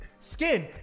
Skin